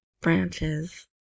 branches